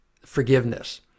forgiveness